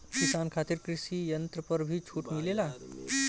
किसान खातिर कृषि यंत्र पर भी छूट मिलेला?